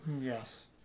Yes